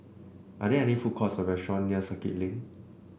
are there any food courts or restaurant near Circuit Link